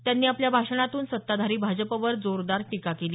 त्यांनी आपल्या भाषणातून सत्ताधारी भाजपवर जोरदार टीका केली